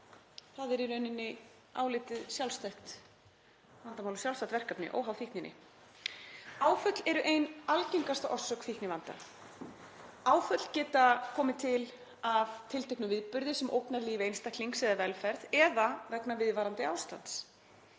Það er í rauninni álitið sjálfstætt vandamál og sjálfstætt verkefni óháð fíkninni. Áföll eru ein algengasta orsök fíknivanda. Áföll geta komið til af tilteknum viðburði sem ógnar lífi einstaklings eða velferð eða vegna viðvarandi ástands.